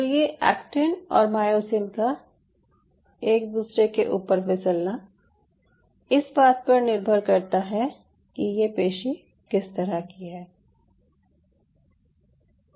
तो ये एक्टिन और मायोसिन का एक दूसरे के ऊपर फिसलना इस बात पर निर्भर करता है कि ये पेशी किस तरह की है इसका क्या मतलब है